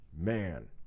man